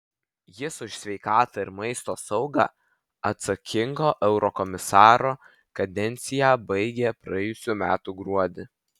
jis už sveikatą ir maisto saugą atsakingo eurokomisaro kadenciją baigė praėjusių metų gruodį